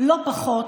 לא פחות.